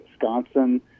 Wisconsin